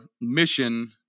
mission